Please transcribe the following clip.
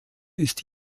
ist